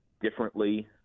differently